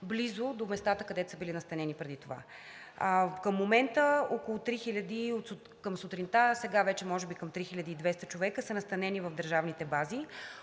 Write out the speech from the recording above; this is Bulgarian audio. близо до местата, където са били настанени преди това. Към момента около 3000 към сутринта. Сега вече може би към 3200 човека са настанени в държавните бази.